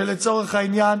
שלצורך העניין